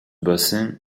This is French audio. bassin